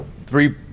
three